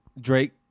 Drake